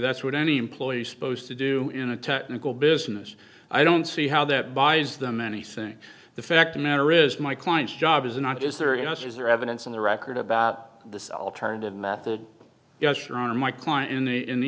that's what any employee supposed to do in a technical business i don't see how that buys them anything the fact matter is my client's job is not is there just is there evidence on the record about this alternative method yes your honor my client in the in the